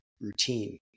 Routine